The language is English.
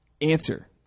answer